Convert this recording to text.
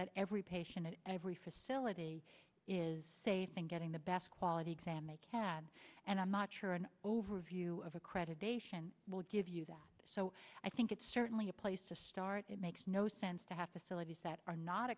that every patient and every facility is safe and getting the best quality examine can and i'm not sure an overview of accreditation will give you that so i think it's certainly a place to start it makes no sense to have to say that are not